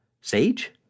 Sage